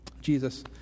Jesus